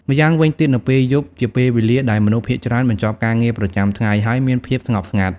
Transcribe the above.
ម្យ៉ាងវិញទៀតនៅពេលយប់ជាពេលវេលាដែលមនុស្សភាគច្រើនបញ្ចប់ការងារប្រចាំថ្ងៃ ហើយមានភាពស្ងប់ស្ងាត់ ។